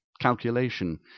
calculation